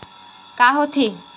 का होथे?